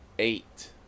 Eight